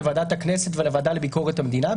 לוועדת הכנסת ולוועדה לביקורת המדינה,